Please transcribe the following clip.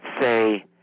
say